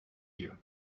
you